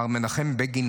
מר מנחם בגין,